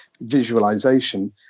visualization